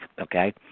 okay